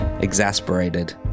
exasperated